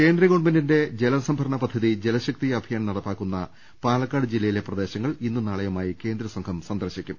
കേന്ദ്രഗവർണ്മെന്റിന്റെ ജലസംഭരണ പൃദ്ധതി ജലശക്തി അഭിയാൻ നടപ്പാക്കുന്ന പാലക്കാട് ജില്ലയിലെ പ്രദേശങ്ങൾ ഇന്നും നാളെയുമായി കേന്ദ്ര സംഘം സന്ദർശിക്കും